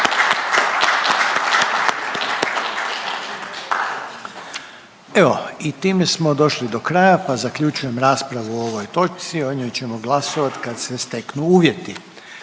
Evo i time smo došli do kraja, pa zaključujem raspravu o ovoj točci. O njoj ćemo glasovati kad se steknu uvjeti.